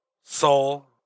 soul